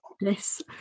Yes